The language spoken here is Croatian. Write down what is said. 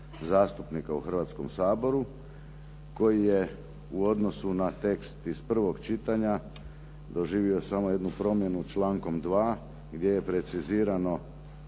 zastupnika u Hrvatskom saboru koji je u odnosu na tekst iz prvog čitanja doživio samo jednu promjenu člankom 2. gdje je precizirano